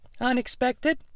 unexpected